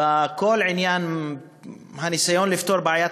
בכל עניין הניסיון לפתור את בעיית